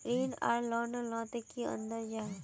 ऋण आर लोन नोत की अंतर जाहा?